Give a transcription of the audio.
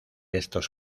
estos